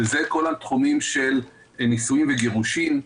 וזה כל התחומים של נישואים וגירושים,